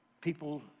People